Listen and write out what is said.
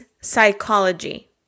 psychology